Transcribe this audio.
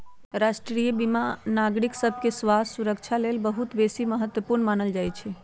राष्ट्रीय बीमा नागरिक सभके स्वास्थ्य सुरक्षा लेल बहुत बेशी महत्वपूर्ण मानल जाइ छइ